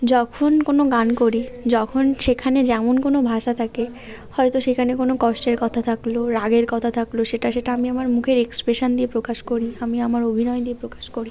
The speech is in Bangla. যখন কোনও গান করি যখন সেখানে যেমন কোনও ভাষা থাকে হয়তো সেখানে কোনও কষ্টের কথা থাকলো রাগের কথা থাকলো সেটা সেটা আমি আমার মুখের এক্সপ্রেশন দিয়ে প্রকাশ করি আমি আমার অভিনয় দিয়ে প্রকাশ করি